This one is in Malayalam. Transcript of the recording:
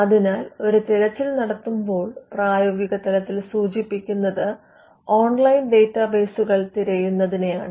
അതിനാൽ ഒരു തിരച്ചിൽ നടത്തുമ്പോൾ പ്രായോഗികതലത്തിൽ സൂചിപ്പിക്കുന്നത് ഓൺലൈൻ ഡാറ്റാബേസുകൾ തിരയുന്നതിനെയാണ്